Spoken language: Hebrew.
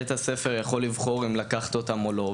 בית הספר יכול לבחור אם לקחת אותן או לא,